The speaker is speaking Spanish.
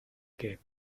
que